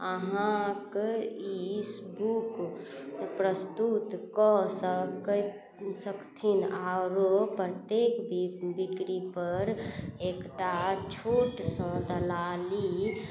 अहाँके ईबुक प्रस्तुत कऽ सक सकथिन आओर प्रत्येक बिक्रीपर एकटा छोटसन दलाली